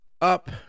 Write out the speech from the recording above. Up